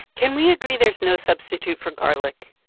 can we agree there's no substitute for garlic?